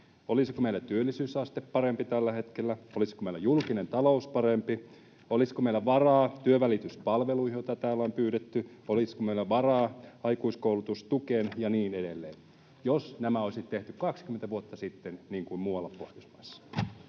olisiko meillä työllisyysaste parempi tällä hetkellä? Olisiko meillä julkinen talous parempi, olisiko meillä varaa työnvälityspalveluihin, joita täällä on pyydetty, olisiko meillä varaa aikuiskoulutustukeen ja niin edelleen, jos nämä olisi tehty 20 vuotta sitten niin kuin muualla Pohjoismaissa?